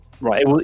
Right